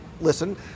Listen